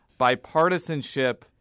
bipartisanship